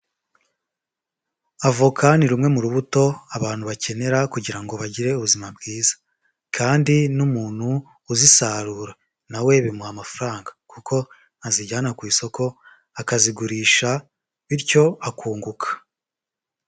Avoka ni rumwe mu rubuto abantu bakenera kugira ngo bagire ubuzima bwiza kandi n'umuntu uzisarura na we bimuha amafaranga kuko azijyana ku isoko akazigurisha bityo akunguka.